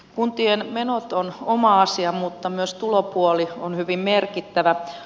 kuntien menot ovat oma asia mutta myös tulopuoli on hyvin merkittävä